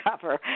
cover